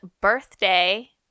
birthday